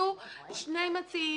שני מציעים,